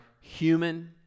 human